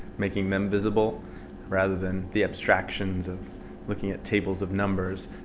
making them visible rather than the abstractions of looking at tables of numbers.